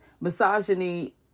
Misogyny